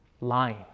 lying